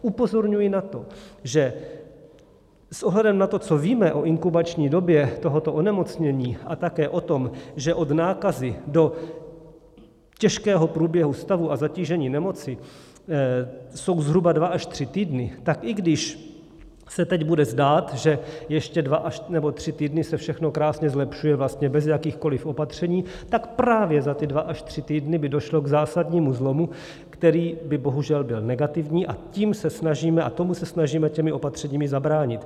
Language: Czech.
Upozorňuji na to, že s ohledem na to, co víme o inkubační době tohoto onemocnění a také o tom, že od nákazy do těžkého průběhu stavu a zatížení nemoci jsou zhruba dva až tři týdny, tak i když se teď bude zdát, že ještě dva nebo tři týdny se všechno krásně zlepšuje vlastně bez jakýchkoliv opatření, tak právě za ty dva až tři týdny by došlo k zásadnímu zlomu, který by bohužel byl negativní, a tomu se snažíme těmi opatřeními zabránit.